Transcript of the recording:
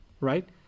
right